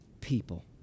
people